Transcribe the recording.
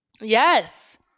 Yes